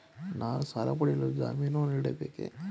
ನಾನು ಸಾಲ ಪಡೆಯಲು ಜಾಮೀನು ನೀಡಬೇಕೇ?